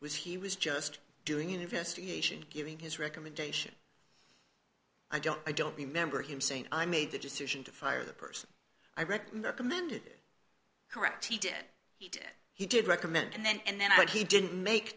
was he was just doing an investigation giving his recommendation i don't i don't remember him saying i made the decision to fire the person i read commended correct he did he did he did recommend and then i think he didn't make